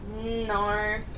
No